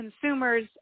consumers